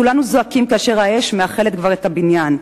כולנו זועקים כאשר האש כבר מאכלת את הבניין,